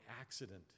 accident